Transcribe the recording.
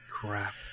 crap